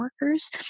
workers